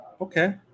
Okay